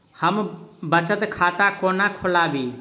हम बचत खाता कोना खोलाबी?